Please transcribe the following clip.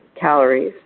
calories